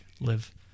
live